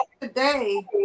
today